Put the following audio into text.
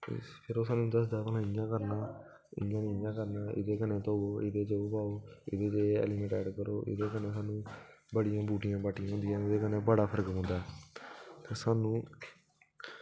फिर ओह् सानूं दसदा कि इ'यां करना इ'यां नेईं उ'आं करना एह्दे कन्नै धोवो एह्दे च ओह् पाओ एह् एलिमेंट ऐड करो एह्दे कन्नै सानूं बड़ियां बुटियां बाटियां मिलदियां एह्दे कन्नै बड़ा फरक पौंदा ऐ सानूं